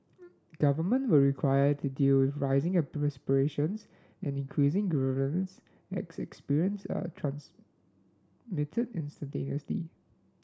government will require to deal with rising aspirations and increased grievance as experience are transmitted instantaneously